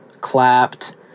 clapped